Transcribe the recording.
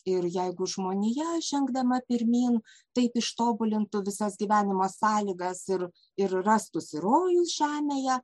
ir jeigu žmonija žengdama pirmyn taip ištobulintų visas gyvenimo sąlygas ir ir rastųsi rojus žemėje